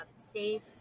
safe